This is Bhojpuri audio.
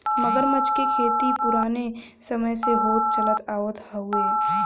मगरमच्छ क खेती पुराने समय से होत चलत आवत हउवे